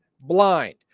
blind